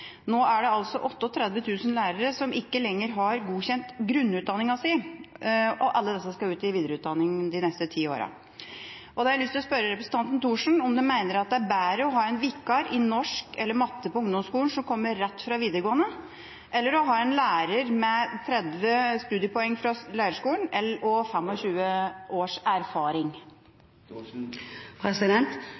Nå er det 38 000 lærere som ikke lenger har godkjent grunnutdanning. Alle disse skal ut i videreutdanning de neste ti årene. Da har jeg lyst til å spørre representanten Thorsen om hun mener det er bedre å ha en vikar i norsk eller matte på ungdomsskolen, som kommer rett fra videregående, eller å ha en lærer med 30 studiepoeng fra lærerskolen og 25 års erfaring?